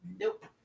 Nope